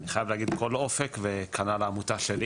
אני חייבת להגיד כל אופק וכנ"ל העמותה שלי,